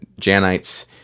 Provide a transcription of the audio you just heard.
Janites